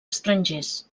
estrangers